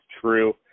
true